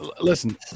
listen